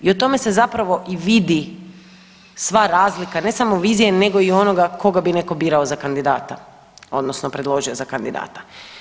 I u tome se zapravo i vidi sva razlika ne samo vizije nego i onoga koga bi netko birao za kandidata odnosno predložio za kandidata.